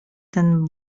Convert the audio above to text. ten